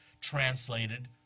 translated